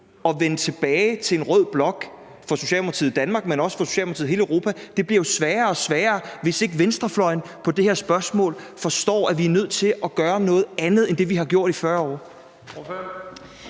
at vende tilbage til en rød blok for Socialdemokratiet i Danmark, men også for socialdemokratierne i hele Europa, jo bliver sværere og sværere at se, hvis ikke venstrefløjen på det her spørgsmål forstår, at vi er nødt til at gøre noget andet end det, vi har gjort i 40 år.